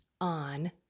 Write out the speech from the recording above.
on